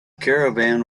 caravan